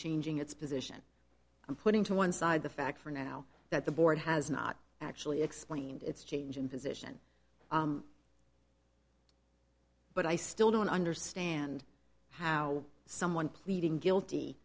changing its position and putting to one side the fact for now that the board has not actually explained its change in position but i still don't understand how someone pleading guilty